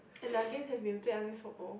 and their games have been played until so old